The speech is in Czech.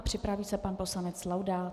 Připraví se pan poslanec Laudát.